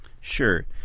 Sure